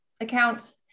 accounts